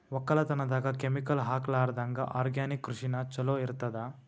ಒಕ್ಕಲತನದಾಗ ಕೆಮಿಕಲ್ ಹಾಕಲಾರದಂಗ ಆರ್ಗ್ಯಾನಿಕ್ ಕೃಷಿನ ಚಲೋ ಇರತದ